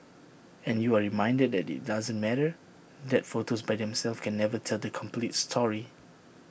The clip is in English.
and you are reminded that IT doesn't matter that photos by themselves can never tell the complete story